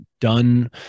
done